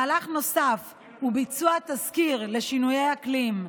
מהלך נוסף הוא ביצוע תזכיר לשינויי אקלים,